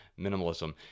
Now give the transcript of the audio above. Minimalism